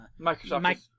Microsoft